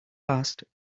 last